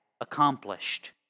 accomplished